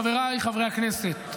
חבריי חברי הכנסת,